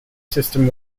system